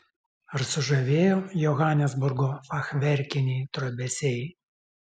ar sužavėjo johanesburgo fachverkiniai trobesiai